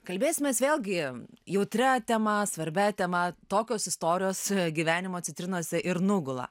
kalbėsimės vėlgi jautria tema svarbia tema tokios istorijos gyvenimo citrinose ir nugula